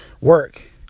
work